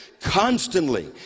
constantly